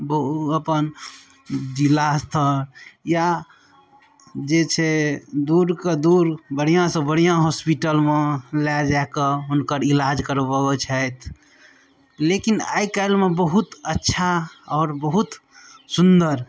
ओ अपन जिलासँ या जे छै दूरके दूर बढ़िआँसँ बढ़िआँ हॉस्पिटलमे लऽ जा कऽ हुनकर इलाज करबबै छथि लेकिन आइकाल्हिमे बहुत अच्छा आओर बहुत सुन्दर